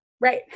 Right